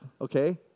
okay